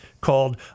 called